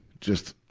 just,